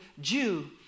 Jew